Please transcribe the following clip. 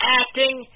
acting